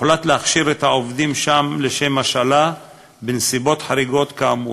הוחלט להכשיר את העובדים שם לשם השאלה בנסיבות חריגות כאמור,